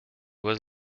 was